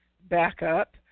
backup